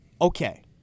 okay